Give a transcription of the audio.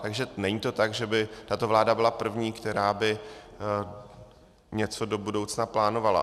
Takže není to tak, že by tato vláda byla první, která by něco do budoucna plánovala.